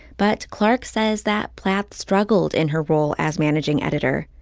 but clark says that platt struggled in her role as managing editor.